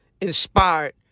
inspired